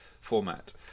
format